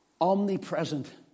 omnipresent